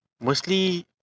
Mostly